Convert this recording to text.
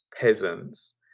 peasants